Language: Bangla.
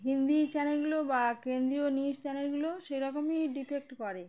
হিন্দি চ্যানেলগুলো বা কেন্দ্রীয় নিউজ চ্যানেলগুলো সেরকমই ডিবেট করে